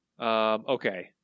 Okay